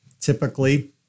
typically